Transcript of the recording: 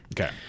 Okay